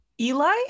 Eli